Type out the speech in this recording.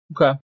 Okay